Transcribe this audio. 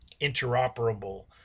interoperable